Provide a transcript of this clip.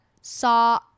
saw